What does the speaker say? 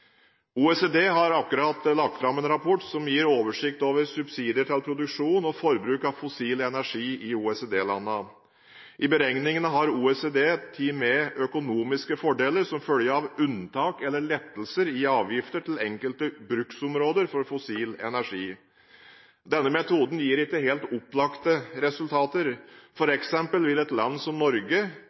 OECD har nylig lagt fram en rapport som gir en oversikt over subsidier til produksjon og forbruk av fossil energi i OECD-landene. I beregningene har OECD tatt med økonomiske fordeler som følge av unntak eller lettelser i avgifter til enkelte bruksområder for fossil energi. Denne metoden gir noen ikke helt opplagte resultater. For eksempel vil et land som Norge,